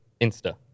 Insta